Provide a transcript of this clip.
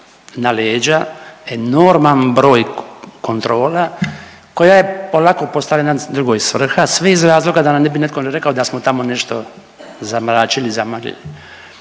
na leđa enorman broj kontrola koja je polako postojala jedna drugoj svrha, sve iz razloga da nam ne bi netko rekao da smo tamo nešto zamračili, zamaglili